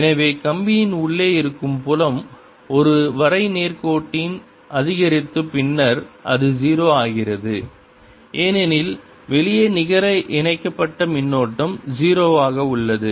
எனவே கம்பியின் உள்ளே இருக்கும் புலம் ஒரு வரை நேர்கோட்டுடன் அதிகரித்து பின்னர் அது 0 ஆகிறது ஏனெனில் வெளியே நிகர இணைக்கப்பட்ட மின்னோட்டம் 0 ஆக உள்ளது